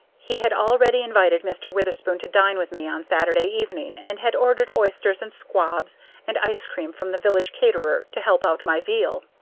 he had already invited mr. witherspoon to dine with me on saturday evening, and had ordered oysters and squabs and ice-cream from the village caterer to help out my veal.